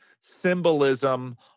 symbolism